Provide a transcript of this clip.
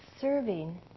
serving